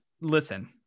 listen